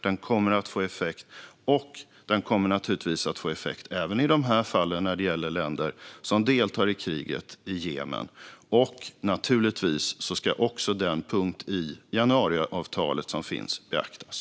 Den kommer att få effekt även i dessa fall när det gäller länder som deltar i kriget i Jemen. Naturligtvis ska också den punkt som finns i januariavtalet beaktas.